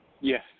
Yes